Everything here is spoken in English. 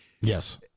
Yes